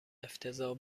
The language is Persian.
افتضاح